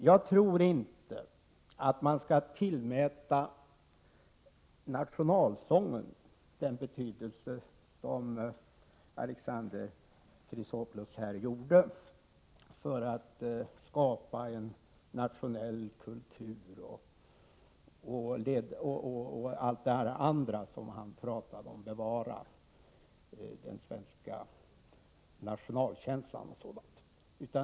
Jag tror inte att man skall tillmäta nationalsången den betydelse som Alexander Chrisopoulos gjorde då det gäller att skapa en nationell kultur och allt det andra han talade om för att bevara den svenska nationalkänslan.